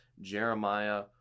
Jeremiah